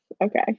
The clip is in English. okay